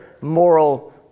moral